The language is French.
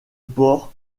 port